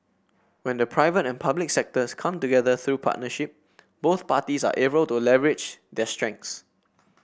when the private and public sectors come together through partnership both parties are able to leverage their strengths